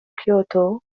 كيوتو